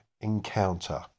encounter